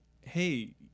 hey